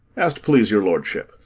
as't please your lordship.